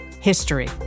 history